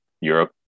Europe